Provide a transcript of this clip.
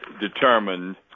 determined